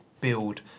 build